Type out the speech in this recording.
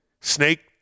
snake